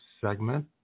segment